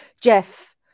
Jeff